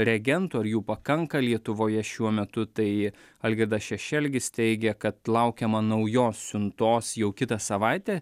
reagentų ar jų pakanka lietuvoje šiuo metu tai algirdas šešelgis teigė kad laukiama naujos siuntos jau kitą savaitę